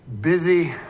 busy